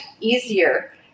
easier